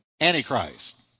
Antichrist